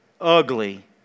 ugly